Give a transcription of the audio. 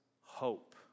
hope